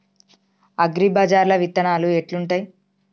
అగ్రిబజార్ల విత్తనాలు ఎట్లుంటయ్?